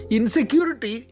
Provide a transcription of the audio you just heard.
Insecurity